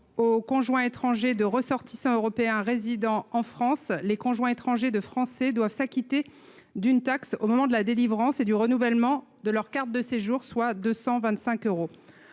aux conjoints étrangers de ressortissants européens résidant en France, les conjoints étrangers de Français doivent s’acquitter d’une taxe d’un montant de 225 euros au moment de la délivrance et du renouvellement de leur carte de séjour. Le Défenseur